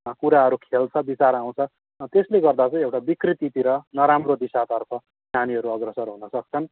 कुराहरू खेल्छ विचार आउँछ त्यसले गर्दा चाहिँ एउटा विकृतितिर नराम्रो दिशातर्फ नानीहरू अग्रसर हुनसक्छन्